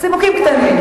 צימוקים קטנים.